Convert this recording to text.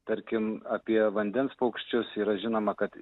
tarkim apie vandens paukščius yra žinoma kad